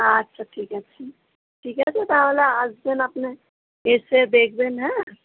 আচ্ছা ঠিক আছে ঠিক আছে তাহলে আসবেন আপনি এসে দেখবেন হ্যাঁ